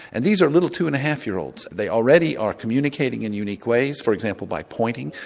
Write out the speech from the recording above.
and these are little two and a half year olds, they already are communicating in unique ways, for example by pointing.